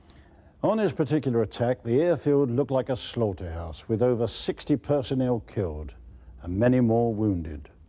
on this particular attack the airfield looked like a slaughterhouse with over sixty personnel killed. and many more wounded.